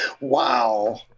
wow